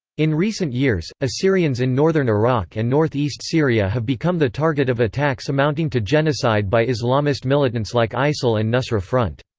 in recent years, assyrians in northern iraq and north east syria have become the target of attacks amounting to genocide by islamist militants like isil and nusra front.